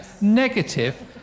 negative